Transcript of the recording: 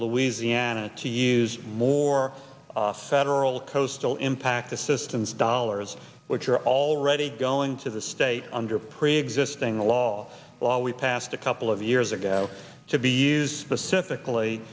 louisiana to use more federal coastal impact assistance dollars which are already going to the state under preexisting law while we passed a couple of years ago to be used specifically